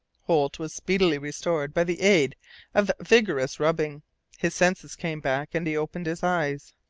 holt was speedily restored by the aid of vigorous rubbing his senses came back, and he opened his eyes.